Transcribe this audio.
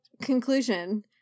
conclusion